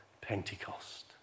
Pentecost